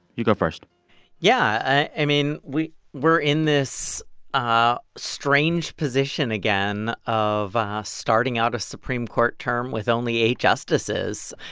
you go first yeah, i mean, we we're in this ah strange position again of starting out a supreme court term with only eight justices.